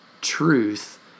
truth